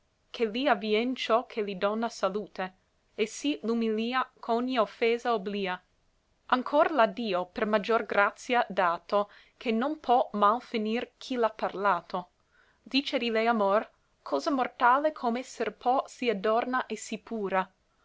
ché li avvien ciò che li dona salute e sì l'umilia ch'ogni offesa oblia ancor l'ha dio per maggior grazia dato che non pò mal finir chi l'ha parlato dice di lei amor cosa mortale come esser pò sì adorna e sì pura